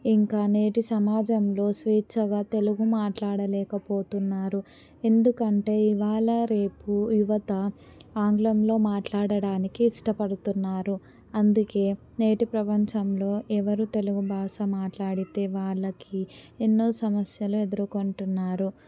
ఇంకా నేటి సమాజంలో స్వేచ్ఛగా తెలుగు మాట్లాడలేకపోతున్నారు ఎందుకంటే ఇవాళ రేపు యువత ఆంగ్లంలో మాట్లాడటానికి ఇష్టపడుతున్నారు అందుకే నేటి ప్రపంచంలో ఎవరు తెలుగు భాష మాట్లాడితే వాళ్ళకి ఎన్నో సమస్యలు ఎదురుకొంటున్నారు